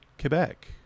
Quebec